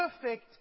perfect